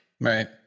Right